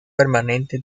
permanente